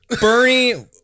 Bernie